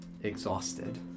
exhausted